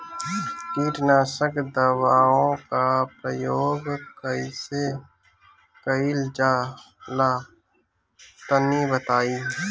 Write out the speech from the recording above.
कीटनाशक दवाओं का प्रयोग कईसे कइल जा ला तनि बताई?